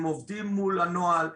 הם עובדים מול הנוהל,